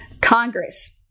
Congress